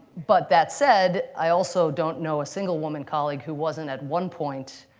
but that said, i also don't know a single woman colleague who wasn't, at one point,